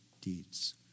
deeds